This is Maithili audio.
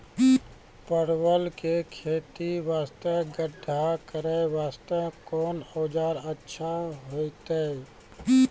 परवल के खेती वास्ते गड्ढा करे वास्ते कोंन औजार अच्छा होइतै?